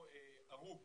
הרוג